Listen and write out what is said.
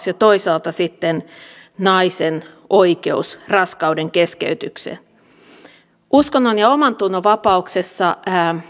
ja toisaalta sitten naisen oikeus raskaudenkeskeytykseen uskonnon ja omantunnonvapaudessa